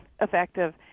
effective